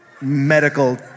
medical